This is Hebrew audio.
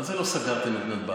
מה זה "לא סגרתם את נתב"ג"?